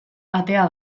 atea